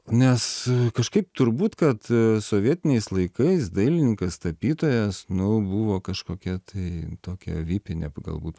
nes kažkaip turbūt kad sovietiniais laikais dailininkas tapytojas nu buvo kažkokia tai tokia vipinė galbūt